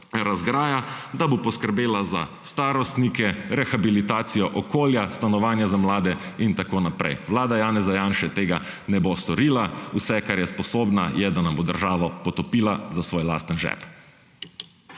da bo poskrbela za starostnike, rehabilitacijo okolja, stanovanja za mlade in tako naprej. Vlada Janeza Janše tega ne bo storila. Vse kar je sposobna je, da nam bo državo potopila za svoj lasten žep.